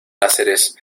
láseres